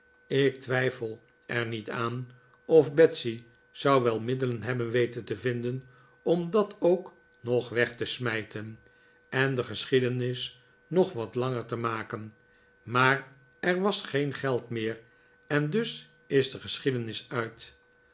ik twijfel er niet aan of betsey zou wel middelen hebben weten te vinden om dat ook nog weg te smijten en de geschiedenis nog wat langer te maken maar er was geen geld meer en dus is de geschiedenis uit